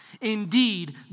Indeed